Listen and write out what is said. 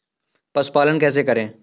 पशुपालन कैसे करें?